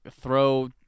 throw